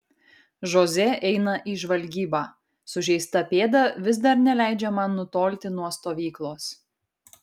žoze eina į žvalgybą sužeista pėda vis dar neleidžia man nutolti nuo stovyklos